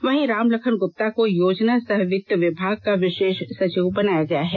वहीं राम लखन गुप्ता को योजना सह वित्त विभाग का विशेष सचिव बनाया गया है